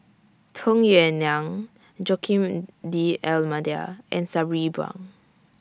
Tung Yue Nang Joaquim D'almeida and Sabri Buang